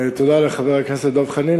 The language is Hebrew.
תודה לחבר הכנסת דב חנין.